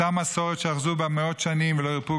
אותה מסורת שאחזו בה מאות שנים ולא הרפו